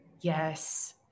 Yes